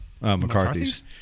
McCarthy's